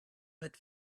but